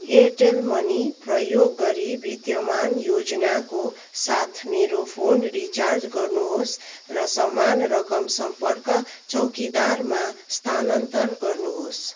Airtel money प्रयोग गरी विद्यमान योजनाको साथ मेरो फोन रिचार्ज गर्नुहोस् र समान रकम सम्पर्क चौकीदारमा स्थानान्तर गर्नुहोस्